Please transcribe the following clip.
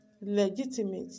legitimate